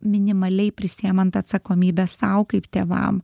minimaliai prisiemant atsakomybę sau kaip tėvam